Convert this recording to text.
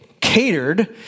Catered